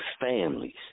families